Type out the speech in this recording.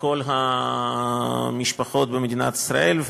לכל המשפחות במדינת ישראל.